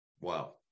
Wow